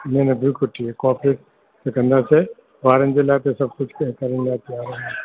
न न बिल्कुलु ठीकु कॉपरेट कंदासीं ॿारनि जे लाइ त सभु कुझु क करण लाइ तयार आहियूं